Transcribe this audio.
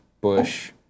Bush